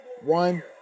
One